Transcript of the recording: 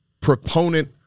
proponent